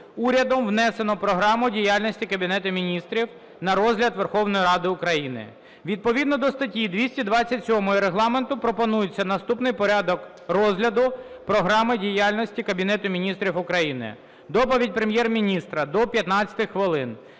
урядом внесено Програму діяльності Кабінету Міністрів на розгляд Верховної Ради України. Відповідно до статті 227 Регламенту пропонується наступний порядок розгляду Програми діяльності Кабінету Міністрів: доповідь Прем'єр-міністра – до 15 хвилин;